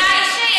ודאי שיש.